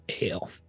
ale